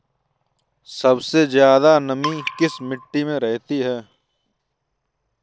सबसे ज्यादा नमी किस मिट्टी में रहती है?